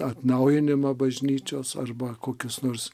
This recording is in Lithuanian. atnaujinimą bažnyčios arba kokius nors